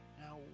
now